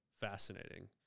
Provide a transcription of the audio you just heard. fascinating